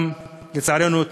לצערנו,